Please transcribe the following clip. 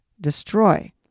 destroy